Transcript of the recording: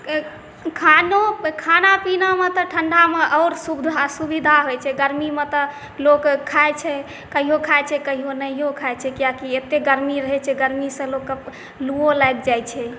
खानो खाना पीनामे तऽ ठण्डामे तऽ आओर सुविधा होइ छै गरमीमे तऽ लोक खाइ छै कहिओ खाइ छै कहिओ नहिओ खाइ छै कियाकि एतेक गरमी रहै छै गरमीसँ लोकके लुओ लागि जाइ छै